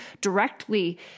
directly